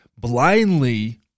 blindly